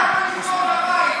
המים.